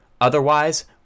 Otherwise